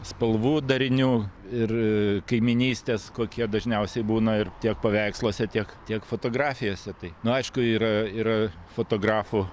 spalvų darinių ir kaimynystės kokie dažniausiai būna ir tiek paveiksluose tiek tiek fotografijose tai nu aišku yra yra fotografų